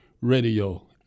radio